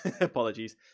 Apologies